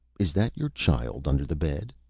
is that your child under the bed?